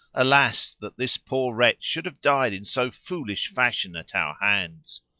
alas, that this poor wretch should have died in so foolish fashion at our hands!